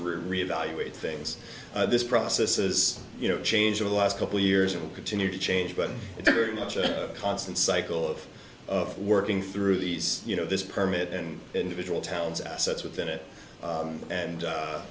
sri reevaluated things this process is you know change over the last couple years it will continue to change but it's very much a constant cycle of of working through these you know this permit and individual towns assets within it and